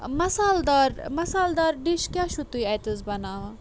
مسال دار مسال دار ڈِش کیاہ چھُ تُہۍ اَتہِ حظ بَناوان